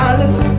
Alice